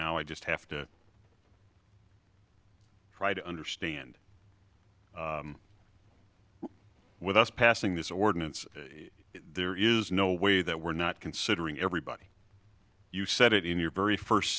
now i just have to try to understand with us passing this ordinance there is no way that we're not considering everybody you said it in your very first